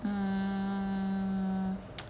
mm